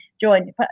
join